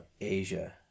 Asia